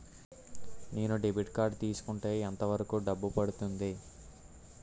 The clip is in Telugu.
నేను డెబిట్ కార్డ్ తీసుకుంటే ఎంత వరకు డబ్బు పడుతుంది?